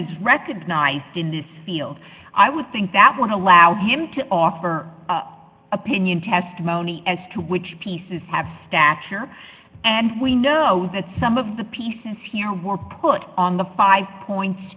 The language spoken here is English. is recognized in this field i would think that would allow him to offer opinion testimony as to which pieces have stature and we know that some of the pieces here were put on the five points